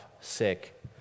sick